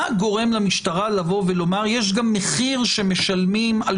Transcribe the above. מה גורם למשטרה לבוא ולומר יש גם מחיר שמשלמים על